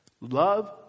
Love